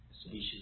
species